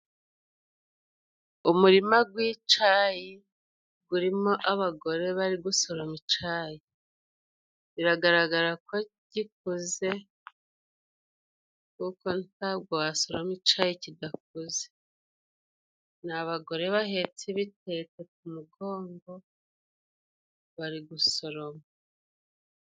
Umurima gw'icayi gwurimo abagore bari gusorama icayi. Biragaragara ko gikuze, kuko ntabwo wasoroma icayi cidakuze. Ni abagore bahetse ibitete ku mugongo bari gusoroma.